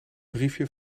briefje